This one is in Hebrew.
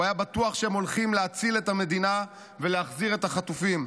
הוא היה בטוח שהם הולכים להציל את המדינה ולהחזיר את החטופים.